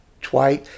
twice